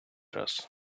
раз